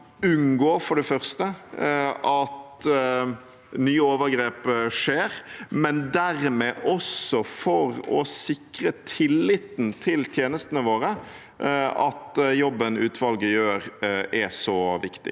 unngå at nye overgrep skjer, og dermed også for å sikre tilliten til tjenestene våre, at jobben utvalget gjør, er så viktig.